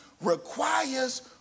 requires